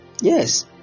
Yes